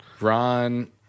Ron